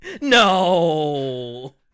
no